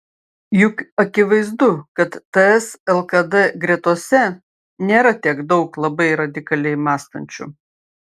juk akivaizdu kad ts lkd gretose nėra tiek daug labai radikaliai mąstančių